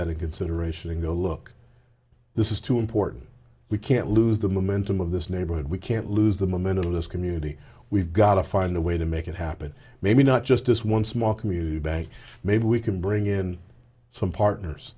that in consideration and go look this is too important we can't lose the momentum of this neighborhood we can't lose the momentum of this community we've got to find a way to make it happen maybe not just this one small community bank maybe we can bring in some partners